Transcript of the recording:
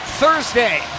Thursday